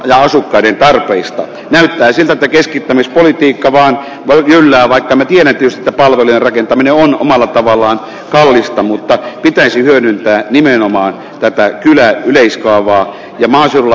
lähiasukkaiden ehdokkaista näyttäisivät keskittämispolitiikka vaan kyllä vai kielletyistä palveli rakentaminen on omalla tavallaan pelistä mutta pitäisi hyödyntää nimenomaan tätä yleiskaavaa ilmaisulla